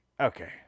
okay